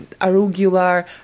arugula